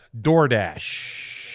DoorDash